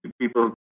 People